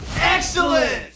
Excellent